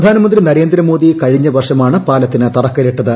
പ്രധാനമന്ത്രി നള്രേന്ദ്ര്മോദി കഴിഞ്ഞ വർഷമാണ് പാലത്തിന് തറക്കല്ലിട്ടത്